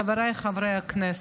חבריי חברי הכנסת,